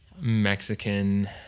Mexican